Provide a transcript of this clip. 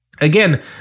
again